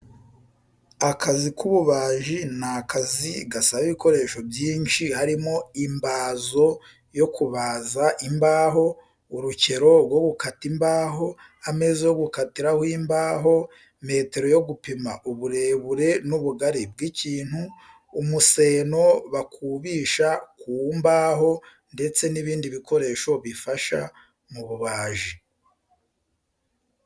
Akazi k'ububaji ni akazi gasaba ibikoresho byinshi harimo imbazo yo kubaza imbaho, urukero rwo gukata imbaho, ameza yo gukatiraho imbaho, metero yo gupima uburebure n'ubugari bw'ikintu, umuseno bakubisha ku mbahondetse n'bindi bikoresho bifasha mu bubaji.